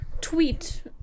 tweet